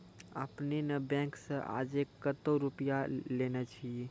आपने ने बैंक से आजे कतो रुपिया लेने छियि?